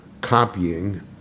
copying